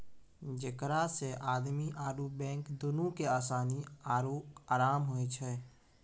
जेकरा से आदमी आरु बैंक दुनू के असानी आरु अराम होय छै